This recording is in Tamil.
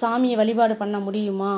சாமியை வழிபாடு பண்ண முடியுமா